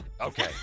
Okay